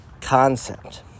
concept